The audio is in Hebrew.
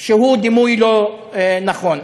שהוא דימוי לא נכון.